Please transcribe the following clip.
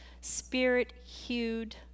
spirit-hued